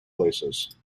places